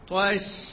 Twice